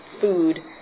food